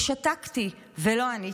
שתקתי ולא עניתי,